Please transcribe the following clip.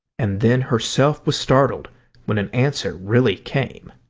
and then herself was startled when an answer really came.